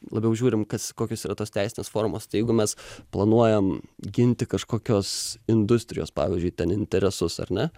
labiau žiūrim kas kokios yra tos teisinės formos tai jeigu mes planuojam ginti kažkokios industrijos pavyzdžiui ten interesus ar ne